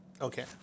Okay